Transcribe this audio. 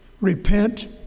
repent